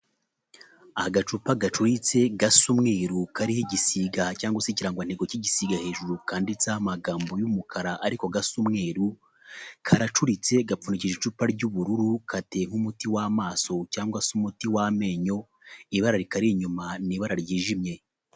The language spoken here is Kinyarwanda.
Agacupa gacuritse gasa umweru kariho igisiga cyangwa se ikirangantego kigisiga hejuru, kanditseho amagambo y'umukara ariko gasa umweru, karacuritse gapfundikije icupa ry'ubururu, gateye nk'umuti w'amaso cyangwa se umuti w'amenyo, ibara rikari inyuma ni ibara ryijimye.